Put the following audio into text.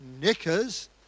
knickers